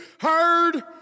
Heard